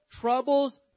troubles